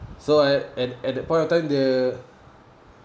so I at at at that point of time the